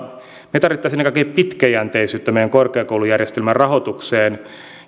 me tarvitsisimme ainakin pitkäjänteisyyttä meidän korkeakoulujärjestelmämme rahoitukseen